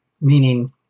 meaning